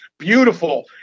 beautiful